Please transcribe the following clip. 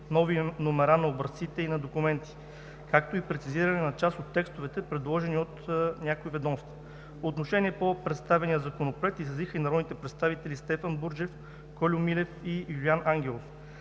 нови номера на образците на документи, както и прецизиране на част от текстовете, предложени от някои ведомства. Отношение по представения законопроект изразиха народните представители Стефан Бурджев, Кольо Милев и Юлиан Ангелов.